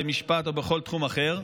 במשפט או בכל תחום אחר,